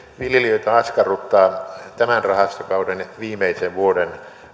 viljelijöitä askarruttaa tämän rahastokauden viimeisen vuoden